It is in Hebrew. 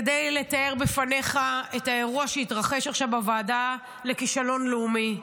כדי לתאר בפניך את האירוע שהתרחש עכשיו בוועדה לכישלון לאומי.